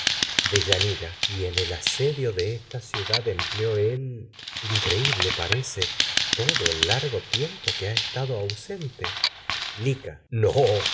deyanira y en el asedio de esta ciudad empleó él increíble parece todo el lai go tiempo que ausente lica ha estado no